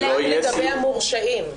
--- לגבי המורשעים.